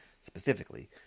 specifically